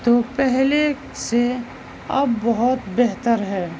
تو پہلے سے اب بہت بہتر ہے